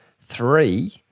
three